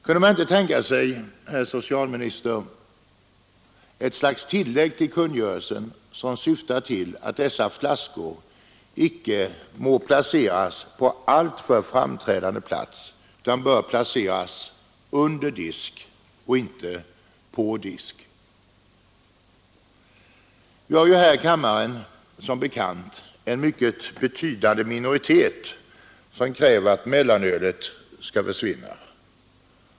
Kunde man inte tänka sig, herr socialminister, ett slags tillägg till kungörelsen som syftar till att dessa flaskor inte må placeras på alltför framträdande plats utan bör placeras under disk? Vi har här i kammaren som bekant en mycket betydande minoritet som kräver att mellanölet skall försvinna.